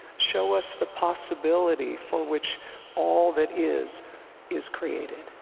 show us the possibility for which all that is is created